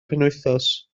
penwythnos